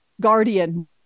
guardian